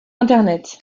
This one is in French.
internet